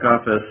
office